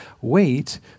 Wait